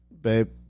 Babe